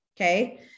Okay